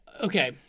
okay